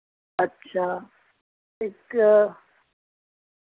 अच्छा इक